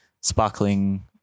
sparkling